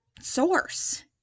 source